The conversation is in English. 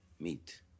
meet